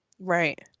Right